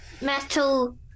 metal